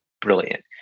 brilliant